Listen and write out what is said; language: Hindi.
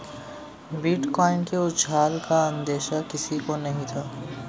बिटकॉइन के उछाल का अंदेशा किसी को नही था